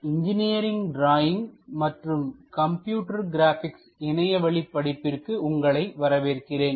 NPTEL லின் engineering drawing மற்றும் computer graphics இணையவழி படிப்பிற்கு உங்களை வரவேற்கிறேன்